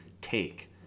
take